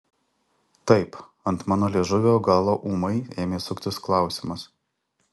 taip ant mano liežuvio galo ūmai ėmė suktis klausimas